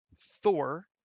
Thor